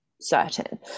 certain